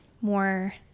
more